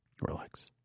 Relax